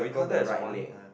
got the right leg lah